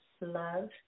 love